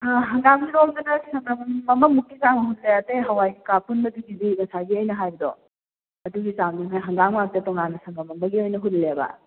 ꯑꯥ ꯍꯪꯒꯥꯝꯒꯤꯔꯣꯝꯗꯅ ꯁꯪꯒꯝ ꯑꯃꯃꯨꯛꯀꯤ ꯆꯥꯡ ꯍꯨꯜꯂꯦ ꯑꯇꯩ ꯍꯋꯥꯏ ꯀꯩꯀ ꯄꯨꯟꯕꯗꯨꯒꯤꯗꯤ ꯉꯁꯥꯏꯒꯤ ꯑꯩꯅ ꯍꯥꯏꯕꯗꯣ ꯑꯗꯨꯒꯤ ꯆꯥꯡꯗꯨꯅꯦ ꯍꯪꯒꯥꯝ ꯉꯥꯛꯇ ꯇꯣꯉꯥꯟꯅ ꯁꯪꯒꯝ ꯑꯃꯒꯤ ꯑꯣꯏꯅ ꯍꯨꯜꯂꯦꯕ